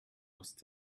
lost